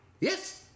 Yes